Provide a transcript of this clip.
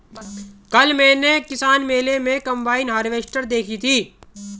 कल मैंने किसान मेले में कम्बाइन हार्वेसटर देखी थी